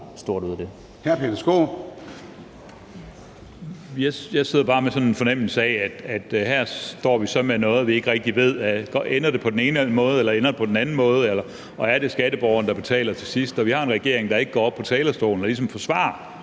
Jeg sidder bare med sådan en fornemmelse af, at her står vi så med noget, hvor vi ikke rigtig ved: Ender det på den ene måde, eller ender det på den anden måde, og er det skatteborgerne, der betaler til sidst? Og vi har en regering, der ikke går op på talerstolen og ligesom forsvarer